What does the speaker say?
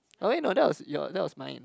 oh eh no that was your that was my